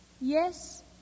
Yes